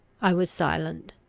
i was silent.